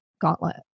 gauntlet